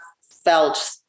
felt